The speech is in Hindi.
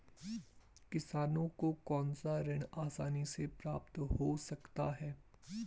किसानों को कौनसा ऋण आसानी से प्राप्त हो सकता है?